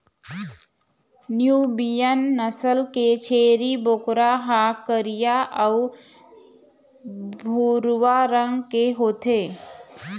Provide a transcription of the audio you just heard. Nubian नसल के छेरी बोकरा ह करिया अउ भूरवा रंग के होथे